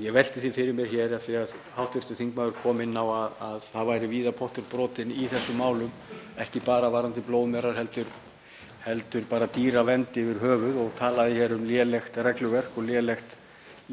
Ég velti fyrir mér, af því að hv. þingmaður kom inn á að það væri víða pottur brotinn í þessum málum, ekki bara varðandi blóðmerar heldur dýravernd yfir höfuð og talaði um lélegt regluverk og